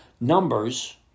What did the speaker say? numbers